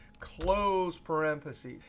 close parentheses.